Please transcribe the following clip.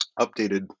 updated